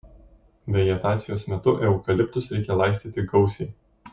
vegetacijos metu eukaliptus reikia laistyti gausiai